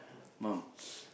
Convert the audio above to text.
mom